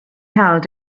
held